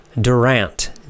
Durant